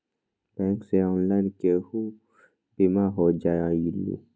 Bank से online केहु बिमा हो जाईलु?